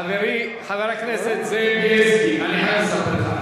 חברי חבר הכנסת זאב בילסקי, אני אעזור לך.